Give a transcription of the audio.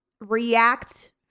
react